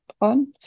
on